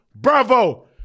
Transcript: Bravo